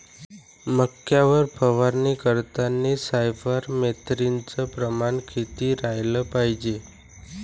मक्यावर फवारनी करतांनी सायफर मेथ्रीनचं प्रमान किती रायलं पायजे?